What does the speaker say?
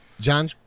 John